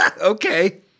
Okay